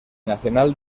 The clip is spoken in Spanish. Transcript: nacional